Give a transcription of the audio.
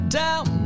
down